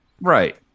Right